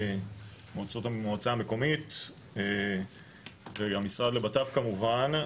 המועצה המקומית וגם המשרד לבט"פ כמובן.